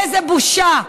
איזו בושה.